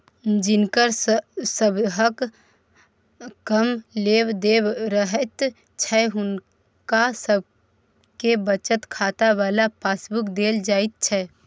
जिनकर सबहक कम लेब देब रहैत छै हुनका सबके बचत खाता बला पासबुक देल जाइत छै